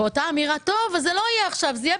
באותה אמירה: טוב, זה לא יהיה עכשיו, זה יהיה